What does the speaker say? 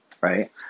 right